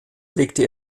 legte